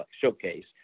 showcase